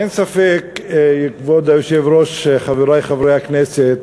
אין ספק, כבוד היושב-ראש, חברי חברי הכנסת,